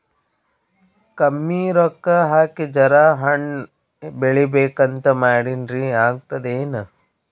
ಕಮ್ಮಿ ರೊಕ್ಕ ಹಾಕಿ ಜರಾ ಹಣ್ ಬೆಳಿಬೇಕಂತ ಮಾಡಿನ್ರಿ, ಆಗ್ತದೇನ?